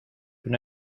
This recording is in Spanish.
una